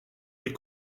les